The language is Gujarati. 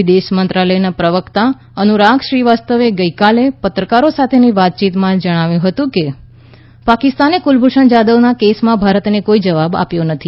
વિદેશ મંત્રાલયના પ્રવક્તા અનુરાગ શ્રીવાસ્તવે ગઈકાલે પત્રકારો સાથેની વાતયીતમાં જણાવ્યું હતું કે પાકિસ્તાને કુલભૂષણ જાધવ કેસમાં ભારતને કોઈ જવાબ આપ્યો નથી